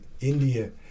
India